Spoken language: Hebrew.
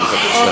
אין שום בעיה.